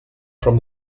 from